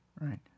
right